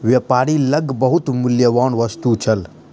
व्यापारी लग बहुत मूल्यवान वस्तु छल